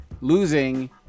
losing